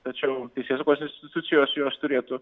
tačiau teisėsaugos institucijos jos turėtų